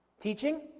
Teaching